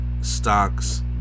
stocks